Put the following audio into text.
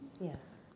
yes